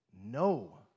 no